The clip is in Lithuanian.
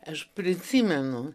aš prisimenu